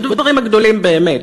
בדברים הגדולים באמת,